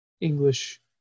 english